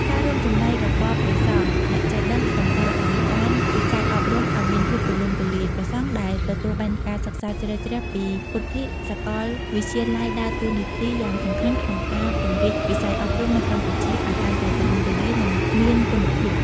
ការរួមចំណែករបស់ព្រះសង្ឃអ្នកចេះដឹងក្នុងការបង្កើនវិស័យអប់រំឲ្យមានភាពទូលំទូលាយ ព្រះសង្ឃដែលទទួលបានការសិក្សាជ្រៅជ្រះពីពុទ្ធិកសាកលវិទ្យាល័យដើរតួនាទីយ៉ាងសំខាន់ក្នុងការពង្រីកវិស័យអប់រំនៅកម្ពុជាឱ្យកាន់តែទូលំទូលាយ និងមានគុណភាព។